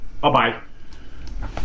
Bye-bye